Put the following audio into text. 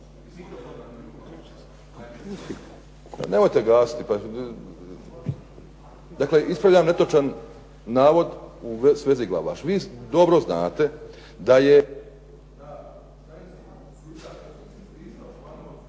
nemojte gasiti. Dakle, ispravljam netočni navod u svezi Glavaša. Vi dobro znate da je